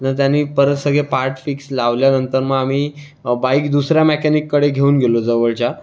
तर त्याने परत सगळे पार्ट फिक्स लावल्यानंतर मग आम्ही बाईक दुसऱ्या मेकॅनिककडे घेऊन गेलो जवळच्या